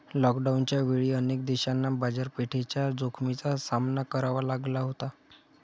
लॉकडाऊनच्या वेळी अनेक देशांना बाजारपेठेच्या जोखमीचा सामना करावा लागला होता